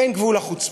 אין גבול לחוצפה.